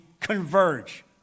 converge